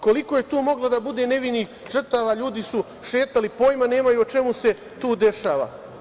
Koliko je tu moglo da bude nevinih žrtava, ljudi su šetali, pojma nemaju o čemu se tu dešava?